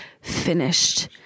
finished